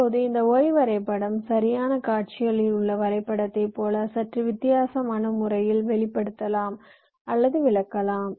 இப்போது இந்த Y வரைபடம் சரியான காட்சிகளில் உள்ள வரைபடத்தைப் போல சற்று வித்தியாசமான முறையில் வெளிப்படுத்தலாம் அல்லது விளக்கலாம்